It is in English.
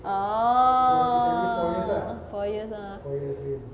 oh four years ah